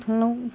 डक्ट'रनाव